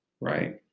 right